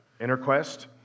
Interquest